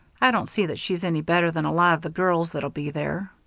i don't see that she's any better than a lot of the girls that'll be there.